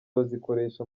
bazikoresha